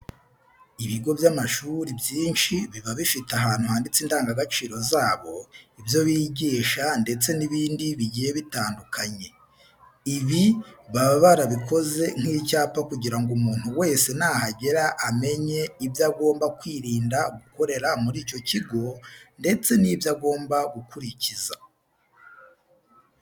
Ibigo by'amashuri byinshi biba bifite ahantu handitse indangagaciro zabo, ibyo bigisha ndetse n'ibindi bigiye bitandukanye. Ibi baba barabikoze nk'icyapa kugira ngo umuntu wese nahagera amenye ibyo agomba kwirinda gukorera muri icyo kigo ndetse n'ibyo agomba gukurikiza.